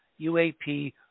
UAP